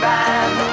Band